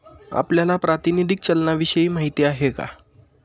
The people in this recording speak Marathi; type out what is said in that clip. आपल्याला प्रातिनिधिक चलनाविषयी माहिती आहे का?